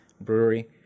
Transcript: brewery